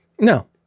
No